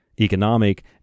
economic